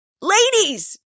Ladies